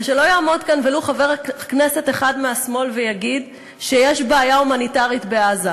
ושלא יעמוד כאן ולו חבר כנסת אחד מהשמאל ויגיד שיש בעיה הומניטרית בעזה.